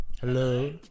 Hello